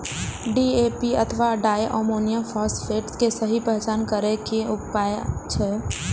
DAP अथवा diammonium phosphate के सहि पहचान करे के कि उपाय अछि?